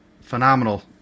phenomenal